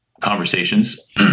conversations